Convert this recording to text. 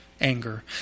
anger